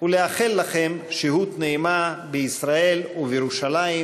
ולאחל לכם שהות נעימה בישראל ובירושלים.